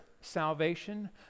salvation